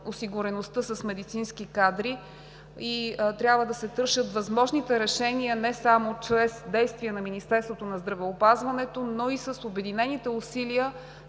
осигуреността с медицински кадри и трябва да се търсят възможните решения не само чрез действия на Министерството на здравеопазването, но и с обединените усилия